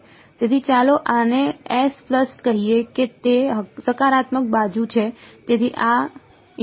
તેથી ચાલો આને કહીએ કે તે સકારાત્મક બાજુ છે